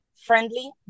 friendly